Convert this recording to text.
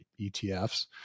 ETFs